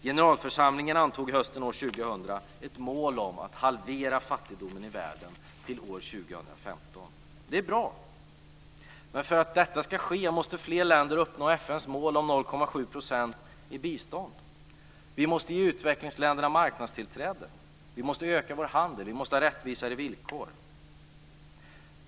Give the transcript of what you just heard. Generalförsamlingen antog hösten år 2000 ett mål om att halvera fattigdomen i världen till år 2015. Det är bra. Men för att detta ska ske måste fler länder uppnå FN:s mål om 0,7 % i bistånd. Vi måste ge utvecklingsländerna marknadstillträde. Vi måste öka vår handel. Vi måste ha rättvisare villkor.